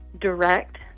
direct